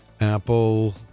Apple